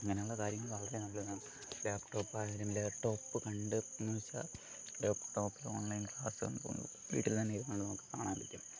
അങ്ങനെയുള്ള കാര്യങ്ങൾ വളരെ നല്ലതാണ് ലാപ്ടോപ്പ് ആയാലും ലാപ്ടോപ്പ് കണ്ട് എന്ന് വെച്ചാൽ ലാപ്ടോപ്പിൽ ഓൺലൈൻ ക്ലാസും വീട്ടിൽ തന്നെ ഇരുന്നും ഒക്കെ കാണാൻ പറ്റും